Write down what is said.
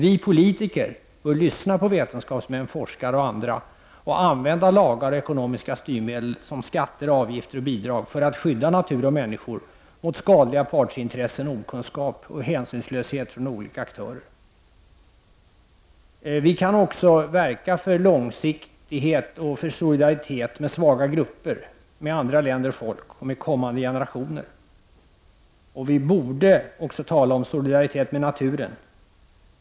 Vi politiker bör lyssna på vetenskapsmän, forskare och andra och använda lagar och ekonomiska styrmedel såsom skatter, avgifter och bidrag för att skydda natur och människor mot skadliga partsintressen, okunskap och hänsynslöshet från olika aktörer. Vi kan också verka för långsiktighet och solidaritet med svaga grupper, med andra länder och folk och med kommande generationer. Vi borde också tala om solidaritet med naturen.